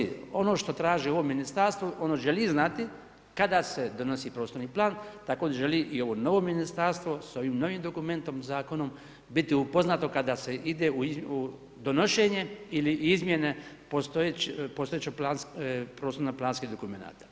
Ono što traži ovo ministarstvo, ono želi znati kada se donosi prostorni plan, tako želi i ovo novo ministarstvo sa ovim novim dokumentom, zakonom biti upoznato kada se ide u donošenje ili izmjene postojećih prostorno-planskih dokumenata.